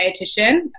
dietitian